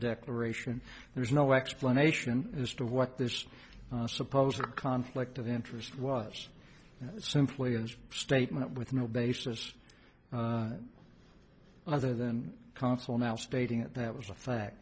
declaration there is no explanation as to what this supposed conflict of interest was simply a statement with no basis other than consul now stating that was a fact